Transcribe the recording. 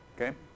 Okay